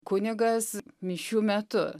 kunigas mišių metu